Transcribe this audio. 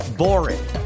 boring